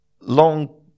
long